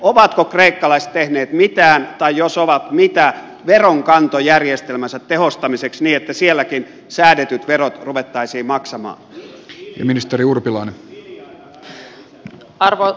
ovatko kreikkalaiset tehneet mitään tai jos ovat niin mitä veronkantojärjestelmänsä tehostamiseksi niin että sielläkin säädettyjä veroja ruvettaisiin maksamaan